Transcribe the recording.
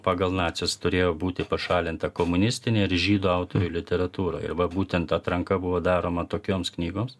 pagal nacius turėjo būti pašalinta komunistinė ir žydų autorių literatūra ir va būtent atranka buvo daroma tokioms knygoms